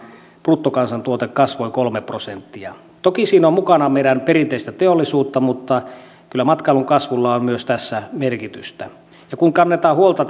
bruttokansantuote kasvoi kolme prosenttia toki siinä on mukana meidän perinteistä teollisuutta mutta kyllä matkailun kasvulla on myös tässä merkitystä ja kun kannetaan huolta